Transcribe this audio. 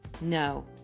No